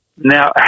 Now